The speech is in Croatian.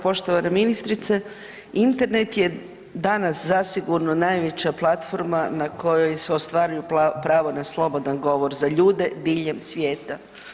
Poštovana ministrice, Internet je danas zasigurno najveća platforma na kojoj se ostvaruje pravo na slobodan govor za ljude diljem svijeta.